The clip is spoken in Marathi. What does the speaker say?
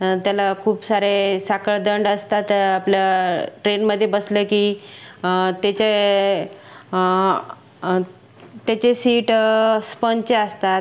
त्याला खूप सारे साखळदंड असतात आपलं ट्रेनमध्ये बसलं की त्याचे त्याचे सीट स्पंजचे असतात